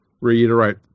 reiterate